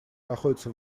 находятся